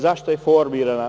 Zašto je formirana?